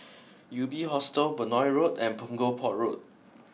UB Hostel Benoi Road and Punggol Port Road